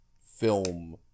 film